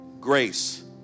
grace